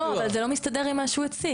לא, אבל זה לא מסתדר עם מה שהוא הציג.